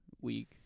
week